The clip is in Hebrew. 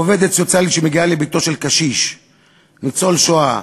עובדת סוציאלית שמגיעה לביתו של קשיש ניצול השואה